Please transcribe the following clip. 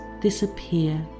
disappear